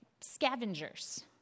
scavengers